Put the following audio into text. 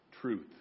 Truth